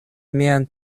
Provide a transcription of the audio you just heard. mian